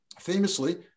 famously